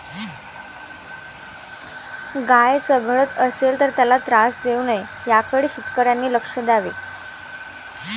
गाय चघळत असेल तर त्याला त्रास देऊ नये याकडे शेतकऱ्यांनी लक्ष द्यावे